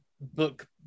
book